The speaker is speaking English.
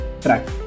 track